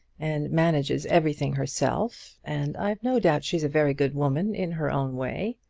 and manages everything herself, and i've no doubt she's a very good woman in her own way.